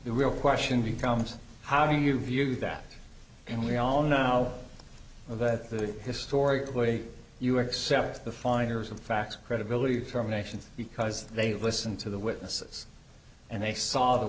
the real question becomes how do you view that and we all know that the historical way you accept the finders of facts credibility determinations because they listened to the witnesses and they saw the